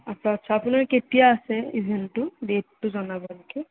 আচ্ছা আচ্ছা আপোনাৰ কেতিয়া আছে ইভেন্টো ডেটটো জনাব অ'কে